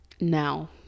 Now